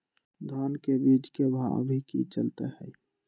धान के बीज के भाव अभी की चलतई हई?